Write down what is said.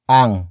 ang